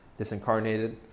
disincarnated